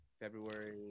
february